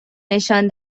نشان